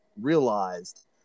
realized